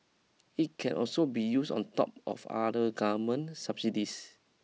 it can also be used on top of other government subsidies